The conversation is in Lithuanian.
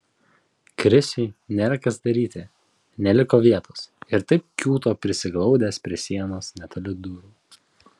krisiui nėra kas daryti neliko vietos ir taip kiūto prisiglaudęs prie sienos netoli durų